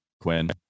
Quinn